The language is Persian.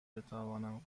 بتوانم